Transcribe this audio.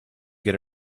get